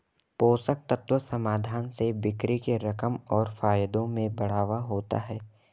पोषक तत्व समाधान से बिक्री के रकम और फायदों में बढ़ावा होता है